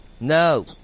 No